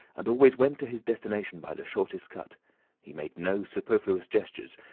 and always went to his destination by the shortest cut he made no superfluous gestures,